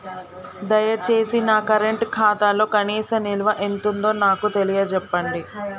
దయచేసి నా కరెంట్ ఖాతాలో కనీస నిల్వ ఎంతుందో నాకు తెలియచెప్పండి